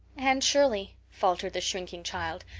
anne shirley, faltered the shrinking child,